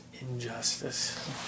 injustice